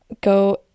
go